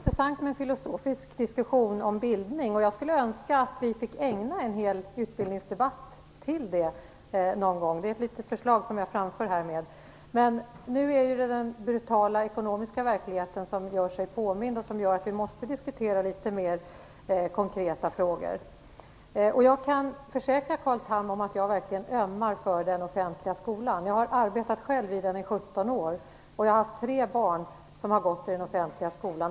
Herr talman! Det är intressant med en filosofisk diskussion om bildning. Jag skulle önska att vi fick ägna en hel utbildningsdebatt åt det någon gång. Det är ett förslag som jag härmed framför. Nu är det den brutala ekonomiska verkligheten som gör sig påmind och som gör att vi måste diskutera litet mer konkreta frågor. Jag kan försäkra Carl Tham om att jag verkligen ömmar för den offentliga skolan. Jag har själv arbetet i den i 17 år, och jag har tre barn som har gått i den offentliga skolan.